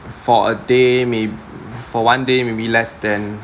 for a day may~ for one day maybe less than